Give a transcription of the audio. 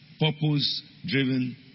purpose-driven